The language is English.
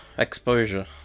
exposure